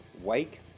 Wake